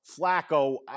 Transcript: flacco